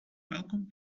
welcome